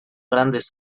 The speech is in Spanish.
grandes